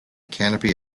canopy